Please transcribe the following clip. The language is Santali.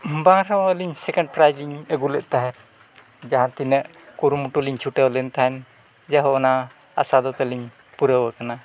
ᱵᱟᱝ ᱨᱮᱦᱚᱸ ᱟᱹᱞᱤᱧ ᱥᱮᱠᱮᱱᱰ ᱯᱨᱟᱭᱤᱡᱽ ᱞᱤᱧ ᱟᱹᱜᱩᱞᱮᱫ ᱛᱟᱦᱮᱸᱫ ᱡᱟᱦᱟᱸ ᱛᱤᱱᱟᱹᱜ ᱠᱩᱨᱩᱢᱩᱴᱩ ᱞᱤᱧ ᱪᱷᱩᱴᱟᱹᱣ ᱞᱮᱱ ᱛᱟᱦᱮᱸᱫ ᱡᱟᱭᱦᱳᱠ ᱚᱱᱟ ᱟᱥᱟ ᱫᱚ ᱛᱟᱹᱞᱤᱧ ᱯᱩᱨᱟᱹᱣ ᱟᱠᱟᱱᱟ